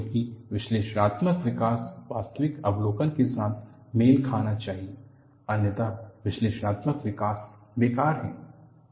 क्योंकि विश्लेषणात्मक विकास वास्तविक अवलोकन के साथ मेल खाना चाहिए अन्यथा विश्लेषणात्मक विकास बेकार है